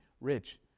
Rich